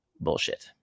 Bullshit